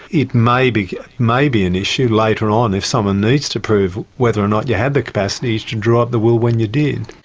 it may be may be an issue later on if someone needs to prove whether or not you had the capacity to draw up the will when you did.